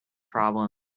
problem